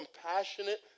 compassionate